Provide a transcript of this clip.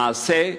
למעשה,